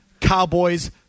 Cowboys